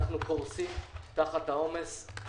אנחנו קורסים תחת העומס.